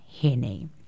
henny